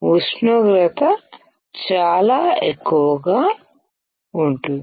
ఉష్ణోగ్రత చాలా ఎక్కువగా ఉంటుంది